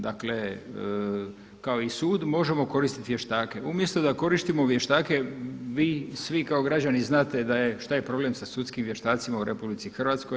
Dakle kao i sud možemo koristiti vještake, umjesto da koristimo vještake vi svi kao građani znate šta je problem sa sudskim vještacima u RH.